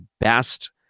best